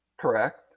Correct